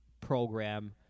program